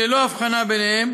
ללא הבחנה ביניהם,